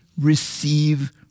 receive